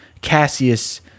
cassius